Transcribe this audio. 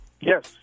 Yes